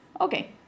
Okay